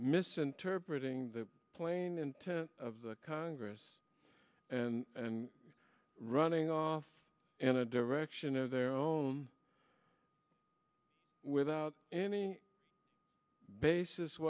misinterpreting the plain intent of the congress and running off in a direction of their own without any basis